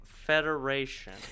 Federation